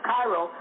Cairo